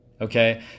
Okay